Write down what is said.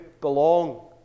belong